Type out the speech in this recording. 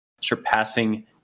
surpassing